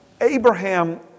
Abraham